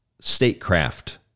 statecraft